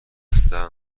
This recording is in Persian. بستم